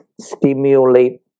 stimulate